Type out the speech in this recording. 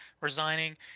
resigning